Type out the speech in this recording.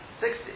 Sixty